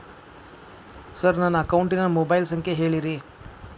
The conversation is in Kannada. ಸರ್ ನನ್ನ ಅಕೌಂಟಿನ ಮೊಬೈಲ್ ಸಂಖ್ಯೆ ಹೇಳಿರಿ